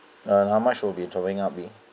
uh how much will be totalling up be